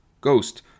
Ghost